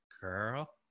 girl